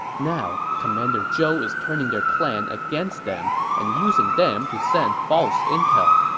now, commander zhou is turning their plan against them and using them to send false intel.